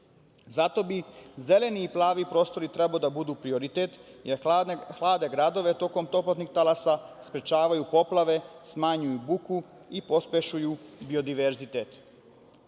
Zato bi zeleni i plavi prostori trebali da budu prioritet, jer hlade gradove tokom toplotnih talasa, sprečavaju poplave, smanjuju buku i pospešuju biodiverzitet. Poslanička